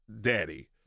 daddy